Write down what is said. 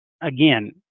Again